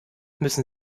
müssen